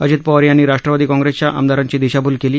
अजित पवार यांनी राष्ट्रवादी काँग्रेसच्या आमदारांची दिशाभूल केली